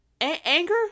Anger